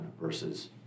versus